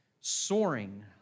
soaring